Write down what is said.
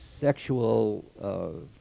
sexual